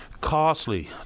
Costly